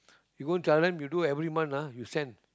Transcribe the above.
you go and tell them you do every month lah you send